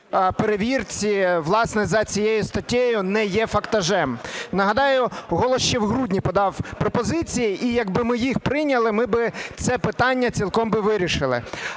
перевірці, власне, за цією статтею, не є фактажем. Нагадаю, "Голос" ще в грудні подав пропозиції, і якби ми їх прийняли, ми би це питання цілком вирішили.